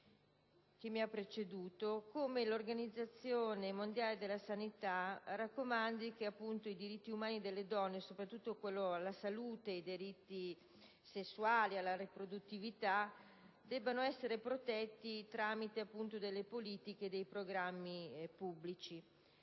Bianconi come l'Organizzazione mondiale della sanità raccomandi che i diritti umani delle donne, soprattutto quello alla salute, e i diritti sessuali ed alla riproduttività debbano essere protetti tramite politiche e programmi pubblici.